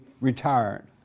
retired